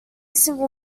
single